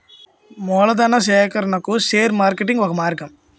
మూలధనా సేకరణకు share marketing ఒక మార్గం